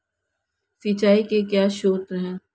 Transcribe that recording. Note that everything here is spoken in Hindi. सिंचाई के क्या स्रोत हैं?